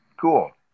cool